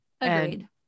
Agreed